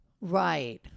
Right